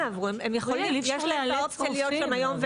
יש להם את האופציה להיות שם היום,